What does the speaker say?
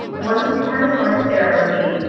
it wasn't part of our therapy.